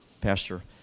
Pastor